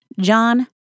John